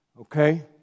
okay